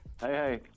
hey